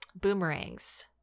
boomerangs